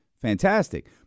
fantastic